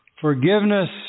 forgiveness